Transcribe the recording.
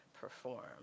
Perform